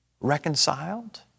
reconciled